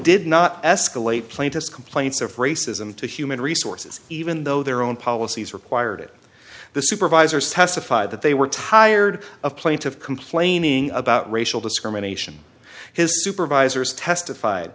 did not escalate plaintiff's complaints of racism to human resources even though their own policies required it the supervisors testified that they were tired of plaintive complaining about racial discrimination his supervisors testified